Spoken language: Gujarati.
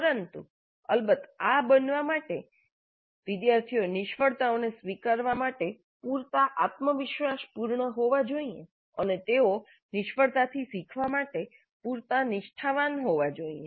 પરંતુ અલબત્ત આ બનવા માટે વિદ્યાર્થીઓ નિષ્ફળતાઓને સ્વીકારવા માટે પૂરતા આત્મવિશ્વાસપૂર્ણ હોવા જોઈએ અને તેઓ નિષ્ફળતાથી શીખવા માટે પૂરતા નિષ્ઠાવાન હોવા જોઈએ